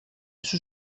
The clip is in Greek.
σου